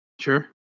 Sure